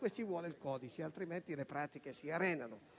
maggio ci vuole il codice, altrimenti le pratiche si arenano.